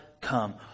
come